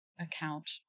account